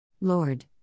Lord